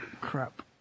crap